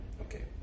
Okay